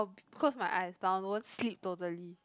close my eyes but I won't sleep totally